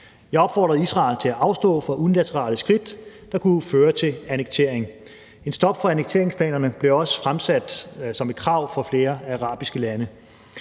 Jeg opfordrede Israel til at afstå fra unilaterale skridt, der kunne føre til annektering. Et stop for annekteringsplanerne blev også fremsat som et krav fra flere arabiske lande.